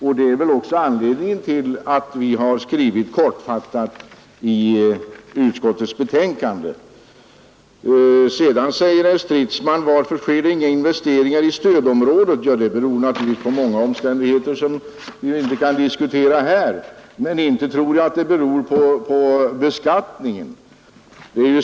Samma är väl också anledningen till att vi har skrivit så kortfattat i utskottets betänkande. Vidare säger herr Stridsman: Varför sker det inga investeringar i stödområdet? Det beror naturligtvis på många omständigheter som vi inte kan diskutera här, men inte tror jag att det beror på beskattningen.